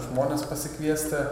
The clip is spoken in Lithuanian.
žmones pasikviesti